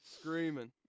screaming